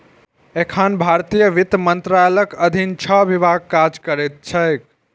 एखन भारतीय वित्त मंत्रालयक अधीन छह विभाग काज करैत छैक